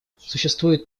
существует